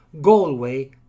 Galway